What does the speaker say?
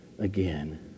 Again